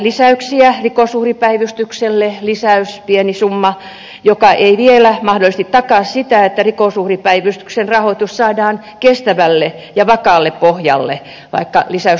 rikosuhripäivystykselle lisäys pieni summa joka ei vielä mahdollisesti takaa sitä että rikos uhripäivystyksen rahoitus saadaan kestävälle ja vakaalle pohjalle vaikka lisäys onkin hyvä